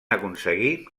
aconseguir